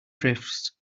drifts